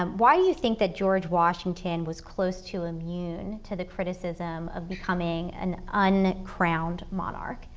um why do you think that george washington was close to immune to the criticism of becoming an uncrowned monarch,